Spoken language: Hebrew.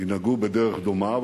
ינהגו בדרך דומה.